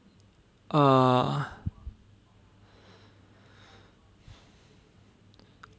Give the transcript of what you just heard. err